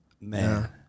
man